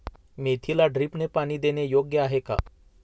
मेथीला ड्रिपने पाणी देणे योग्य आहे का?